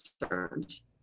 concerns